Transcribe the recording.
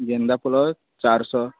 ଗେନ୍ଦା ଫୁଲ ଚାରିଶହ